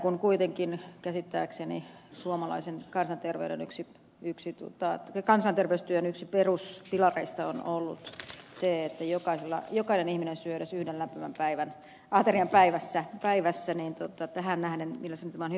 kun kuitenkin käsittääkseni suomalaisen kansanterveystyön yksi peruspilareista on ollut se että jokainen ihminen syö edes yhden lämpimän aterian päivässä niin tähän nähden mielestäni tämä on hyvä askel